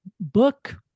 book